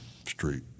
Street